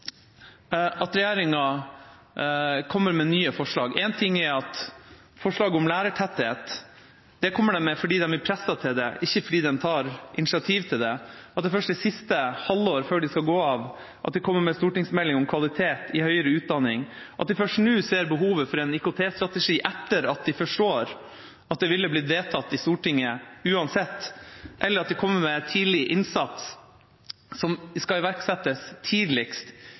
at regjeringa kommer med nye forslag. En ting er at de kommer med forslaget om lærertetthet fordi de er presset til det, ikke fordi de tar initiativ til det. Det er først det siste halvåret før de skal gå av at de kommer med en stortingsmelding om kvalitet i høyere utdanning, og at de først nå ser behovet for en IKT-strategi – etter at de forstår at det ville blitt vedtatt i Stortinget uansett – eller at de kommer med tidlig innsats som skal iverksettes tidligst